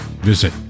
Visit